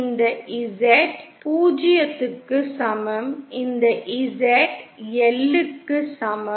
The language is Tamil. இந்த Z 0 க்கு சமம் இந்த Z L க்கு சமம்